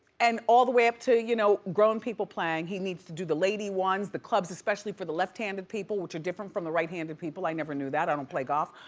and all the way up to you know grown people playing. he needs to do the lady ones, the clubs especially for the left-handed people, which are different from the right-handed people. i never knew that, i don't play golf.